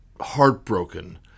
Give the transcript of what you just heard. heartbroken